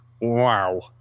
wow